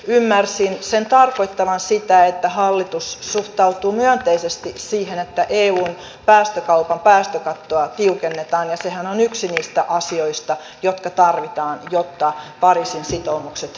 ymmärsin sen tarkoittavan sitä että hallitus suhtautuu myönteisesti siihen että eun päästökaupan päästökattoa tiukennetaanestihan on yksi niistä asioista jotka tarvitaan jotta pariisin sitoumukset